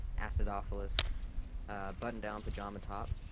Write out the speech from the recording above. acidophilous, ah button down pyjama top,